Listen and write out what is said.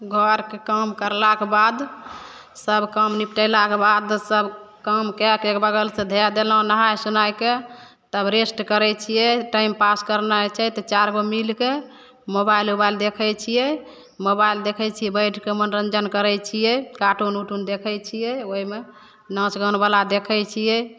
घरके काम करलाके बाद सब काम निपटेलाके बाद सब काम कएके एक बगलसँ दए देलहुँ नहाय सोनायके तब रेस्ट करय छियै टाइम पास करनाइ छै तऽ चारि गो मिलके मोबाइल उबाइल देखय छियै मोबाइल देखय छियै बैठिके मनोरञ्जन करय छियै काटून ऊटून देखय छियै ओइमे नाच गानवला देखय छियै